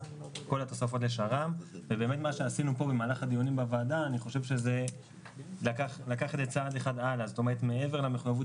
אני רוצה להזכיר את זה לפני הביקורות